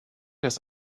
des